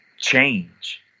change